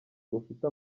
ufite